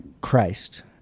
Christ